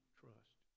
trust